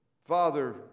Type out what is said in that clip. Father